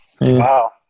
Wow